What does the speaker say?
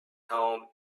home